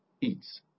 eats